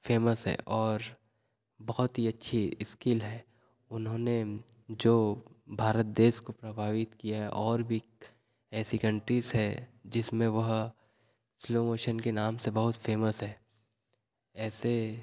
famous है और बहुत ही अच्छी स्किल है उन्होंने जो भारत देश को प्रभावित किया है और भी ऐसी कंट्रीस हैं जिसमें वह स्लो मोशन के नाम से बहुत फेमस हैं ऐसे